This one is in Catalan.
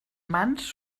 mans